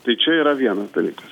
tai čia yra vienas dalykas